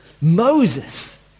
Moses